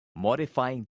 modifying